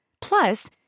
Plus